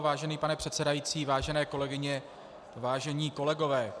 Vážený pane předsedající, vážené kolegyně, vážení kolegové